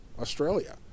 Australia